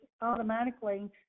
automatically